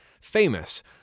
famous